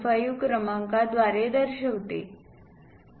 25 क्रमांकाद्वारे दर्शवते